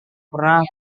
pernah